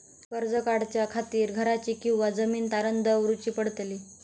कर्ज काढच्या खातीर घराची किंवा जमीन तारण दवरूची पडतली?